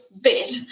bit